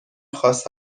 خاص